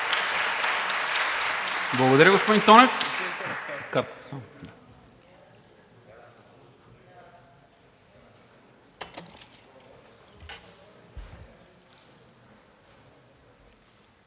Благодаря, господин Тонев.